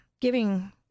giving